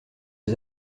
aux